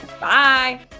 Bye